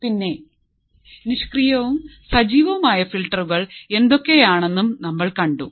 പിന്നെ നിഷ്ക്രിയവും സജീവവുമായ ഫിൽട്ടറുകൾ എന്തൊക്കെയാണെന്നും നമ്മൾ കണ്ടു